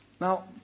Now